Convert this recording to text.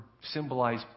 symbolize